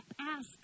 ask